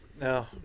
No